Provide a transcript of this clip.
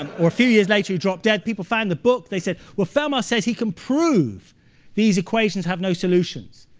or a few years later he dropped dead. people found the book, they said, well, fermat says he can prove these equations have no solutions.